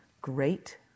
great